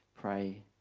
pray